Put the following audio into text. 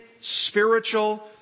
spiritual